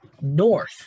North